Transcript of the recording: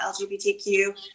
LGBTQ